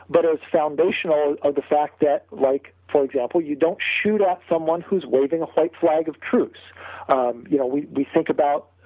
but as foundational of the fact that like for example you don't shoot at someone who is waving a white flag of truce um you know we we think about,